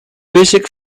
basic